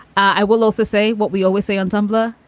i will also say what we always say on tumblr.